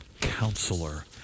counselor